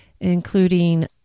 including